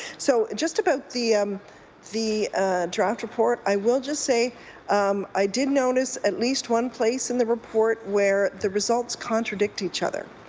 so just about the um the draft report, i will just say um i did notice at least one place in the report where the results contradict each other.